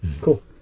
Cool